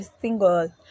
single